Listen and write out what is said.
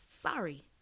sorry